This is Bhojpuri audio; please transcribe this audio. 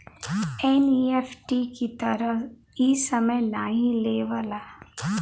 एन.ई.एफ.टी की तरह इ समय नाहीं लेवला